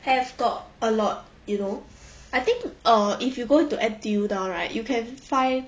have got a lot you know I think err if you go to N_T_U now right you can find